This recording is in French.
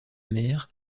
mère